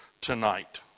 tonight